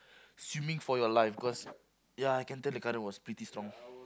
swimming for your life cause ya I can tell the current was pretty strong